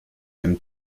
einem